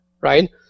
right